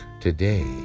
today